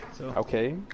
Okay